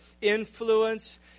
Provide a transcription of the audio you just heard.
influence